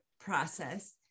process